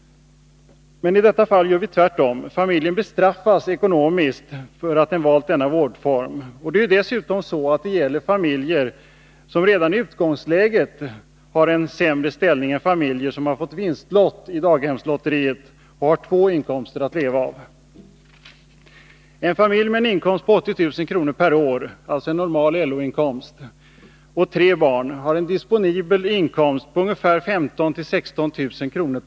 Men i detta fall gör vi tvärtom. Familjen bestraffas ekonomiskt för att den valt denna vårdform. Det gäller dessutom familjer som redan i utgångsläget har en sämre ställning än familjer som har fått vinst i daghemslotteriet och har två inkomster att leva av. En familj med en inkomst på 80000 kr. per år, dvs. en normal LO-inkomst, och tre barn har en disponibel inkomst på 15 000-16 000 kr.